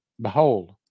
Behold